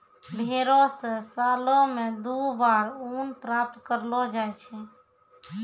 भेड़ो से सालो मे दु बार ऊन प्राप्त करलो जाय छै